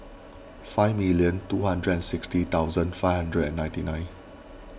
five million two hundred and sixty thousand five hundred and ninety nine